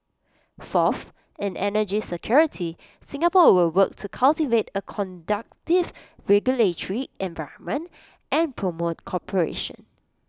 fourth in energy security Singapore will work to cultivate A conducive regulatory environment and promote cooperation